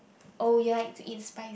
oh you like to eat spicy